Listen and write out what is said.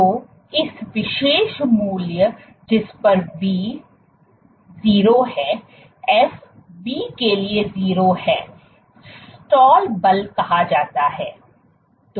तो इस विशेष मूल्य जिस पर v 0 है एफ वी के लिए 0 है स्टाल बल कहा जाता है